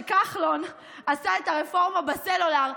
שכחלון עשה את הרפורמה בסלולר,